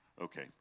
Okay